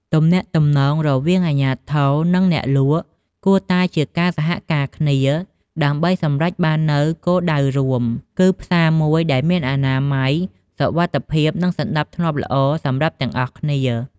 ទំនាក់ទំនងរវាងអាជ្ញាធរ និងអ្នកលក់គួរតែជាការសហការគ្នាដើម្បីសម្រេចបាននូវគោលដៅរួម គឺផ្សារមួយដែលមានអនាម័យ សុវត្ថិភាព និងសណ្ដាប់ធ្នាប់ល្អសម្រាប់ទាំងអស់គ្នា។